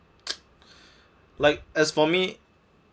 like as for me